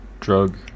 drug